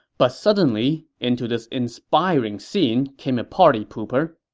but suddenly, into this inspiring scene came a party pooper.